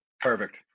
Perfect